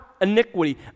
iniquity